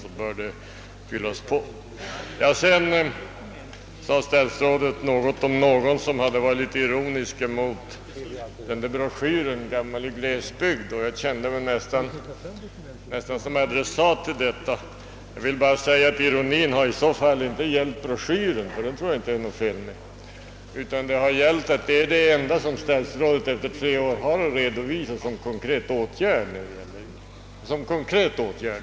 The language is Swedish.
Sedan yttrade statsrådet något om någon som hade varit ironisk över den där broschyren »Gammal i glesbygd», och jag kände mig nästan som adressat. Ironin har i så fall inte gällt broschyren, ty den tror jag inte det är något fel på, utan den syftade på att detta är det enda som statsrådet efter tre år har att redovisa som konkret åtgärd.